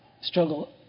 struggle